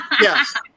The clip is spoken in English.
Yes